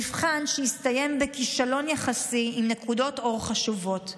מבחן שהסתיים בכישלון יחסי עם נקודות אור חשובות.